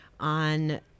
on